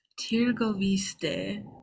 Tirgoviste